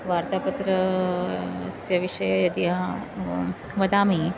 वार्तापत्रस्य विषये यदि वदामि